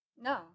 No